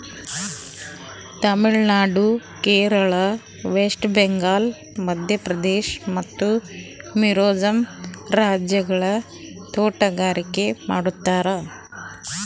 Tamil Nadu, Kerala, West Bengal, Madhya Pradesh ಮತ್ತ ಮಿಜೋರಂ ರಾಜ್ಯಗೊಳ್ದಾಗ್ ತೋಟಗಾರಿಕೆ ಮಾಡ್ತಾರ್